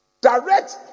Direct